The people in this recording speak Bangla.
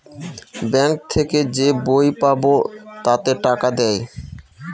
ব্যাঙ্ক থেকে যে বই পাবো তাতে টাকা দেয়